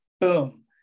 boom